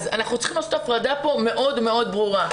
אנחנו צריכים לעשות כאן הפרדה מאוד מאוד ברורה.